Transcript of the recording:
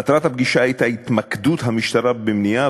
מטרת הפגישה הייתה התמקדות המשטרה במניעה